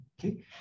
Okay